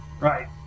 Right